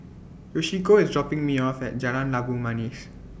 Yoshiko IS dropping Me off At Jalan Labu Manis